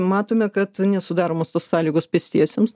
matome kad nesudaromos tos sąlygos pėstiesiems